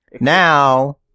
Now